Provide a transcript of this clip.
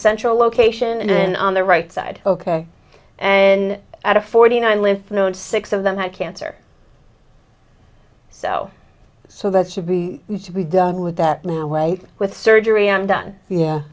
central location and then on the right side ok and at a forty nine lives known six of them had cancer so so that should be to be done with that way with surgery i'm done yeah